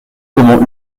comment